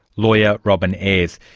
lawyer robyn ayres.